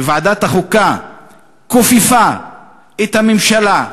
שוועדת החוקה כופפה את הממשלה,